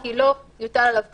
כי לא יוטל עליו קנס,